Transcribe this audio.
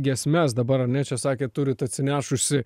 giesmes dabar ar ne čia sakėt turit atsinešusi